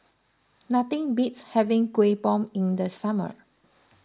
nothing beats having Kuih Bom in the summer